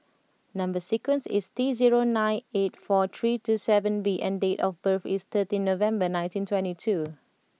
number sequence is T zero nine eight four three two seven B and date of birth is thirteen November nineteen twenty two